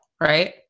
Right